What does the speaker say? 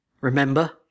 remember